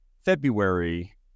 February